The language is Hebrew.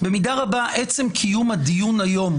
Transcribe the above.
במידה רבה עצם קיום הדיון היום